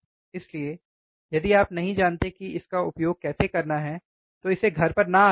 इसलिए यदि आप नहीं जानते कि इसका उपयोग कैसे करना है तो इसे घर पर न आज़माए